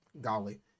golly